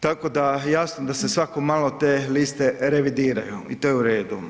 Tako da jasno da se svako malo te liste revidiraju i to je u redu.